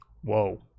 Whoa